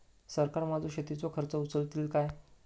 सरकार माझो शेतीचो खर्च उचलीत काय?